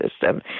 system